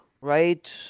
right